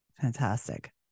fantastic